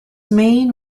main